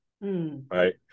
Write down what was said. right